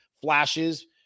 flashes